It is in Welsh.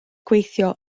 gweithio